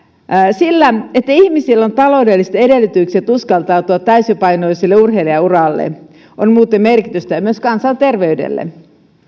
sillä että ihmisillä on taloudelliset edellytykset uskaltautua täysipainoiselle urheilijanuralle on muuten merkitystä myös kansanterveydelle